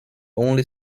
only